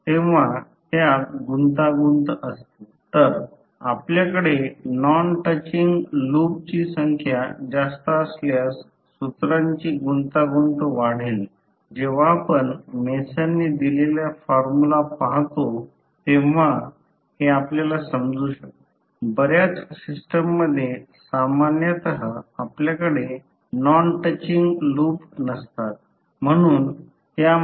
तर याचा अर्थ v L आणि L N d ∅ आहे म्हणून कॉइलचा इंडक्टन्स सामान्यतः सेल्फ इंडक्टन्स म्हणून ओळखला जातो